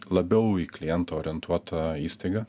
labiau į klientą orientuota įstaiga